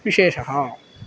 विशेषः